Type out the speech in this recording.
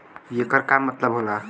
येकर का मतलब होला?